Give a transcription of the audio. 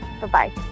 Bye-bye